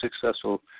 successful